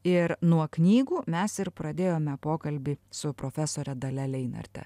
ir nuo knygų mes ir pradėjome pokalbį su profesore dalia leinarte